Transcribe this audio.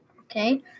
Okay